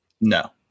No